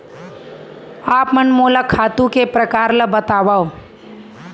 आप मन मोला खातू के प्रकार ल बतावव?